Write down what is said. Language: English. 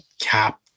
cap